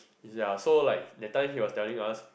is ya so like that time he was telling us